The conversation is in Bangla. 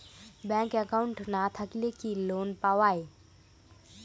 ব্যাংক একাউন্ট না থাকিলে কি লোন পাওয়া য়ায়?